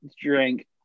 drink